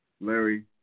Larry